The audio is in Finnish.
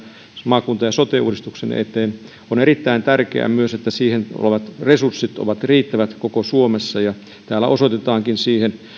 maakunta ja sote uudistuksen eteen on erittäin tärkeää myös että resurssit siihen ovat riittävät koko suomessa ja täällä osoitetaankin